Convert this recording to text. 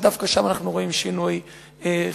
שדווקא שם אנחנו רואים שינוי חיובי.